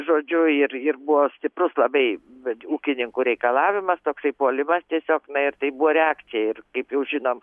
žodžiu ir ir buvo stiprus labai ūkininkų reikalavimas toksai puolimas tiesiog na ir tai buvo reakcija ir kaip jau žinom